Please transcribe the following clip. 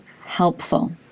helpful